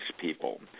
people